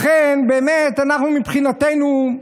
לכן, באמת, אנחנו, מבחינתנו,